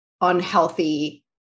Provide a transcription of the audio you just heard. unhealthy